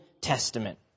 Testament